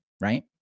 right